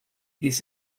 this